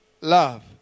love